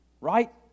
Right